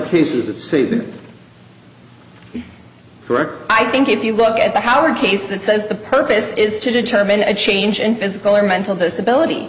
sued i think if you look at the howard case that says the purpose is to determine a change in physical or mental disability